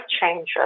changes